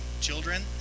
children